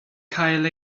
cael